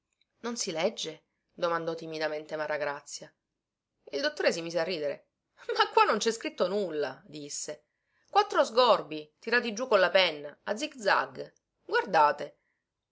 non si legge domandò timidamente maragrazia il dottore si mise a ridere ma qua non cè scritto nulla disse quattro sgorbii tirati giù con la penna a zig-zag guardate